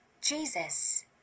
Jesus